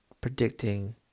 predicting